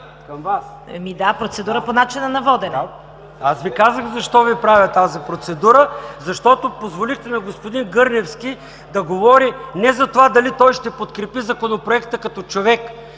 Аз Ви казах защо Ви правя тази процедура, защото позволихте на господин Гърневски да говори не за това дали той ще подкрепи Законопроекта като човек,